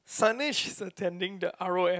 Sunday she is attending the R_O_M